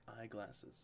eyeglasses